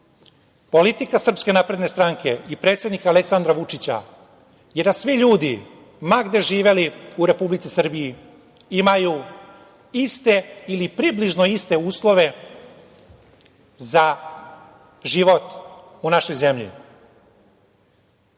Loznici. Politika Srpske napredne stranke i predsednika, Aleksandra Vučića, je da svi ljudi, ma gde živeli u Republici Srbiji imaju iste ili približno iste uslove za život u našoj zemlji. Takođe,